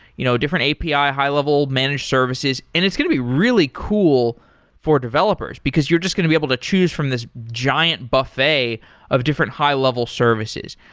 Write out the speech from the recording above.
you know different api ah high-level managed services and it's going to be really cool for developers, because you're just going to be able to choose from this giant buffet of different high-level services.